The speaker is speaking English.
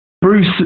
Bruce